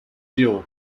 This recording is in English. dill